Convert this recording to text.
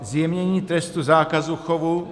Zjemnění trestu zákazu chovu.